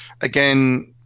again